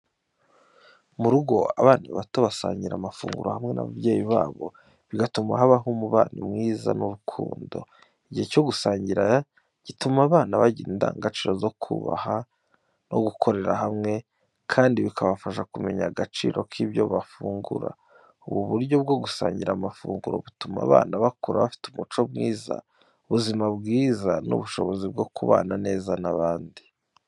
Mu rugo, abana bato basangira amafunguro hamwe n’ababyeyi babo, bigatuma habaho umubano mwiza n’urukundo. Igihe cyo gusangira gituma abana bagira indangagaciro zo kubahana no gukorera hamwe kandi bikabafasha kumenya agaciro k’ibyo bafungura. Ubu buryo bwo gusangira amafunguro butuma abana bakura bafite umuco mwiza, ubuzima bwiza n'ubushobozi bwo kubana neza n’abandi.